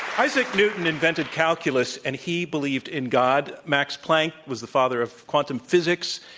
isaac newton invented calculus, and he believed in god max planck was the father of quantum physics,